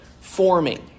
forming